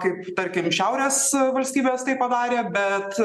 kaip tarkim šiaurės valstybės tai padarė bet